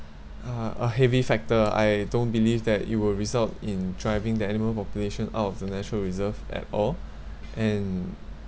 uh a heavy factor I don't believe that it will result in driving the animal population out of the natural reserve at all and